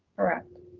correct.